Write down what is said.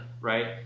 right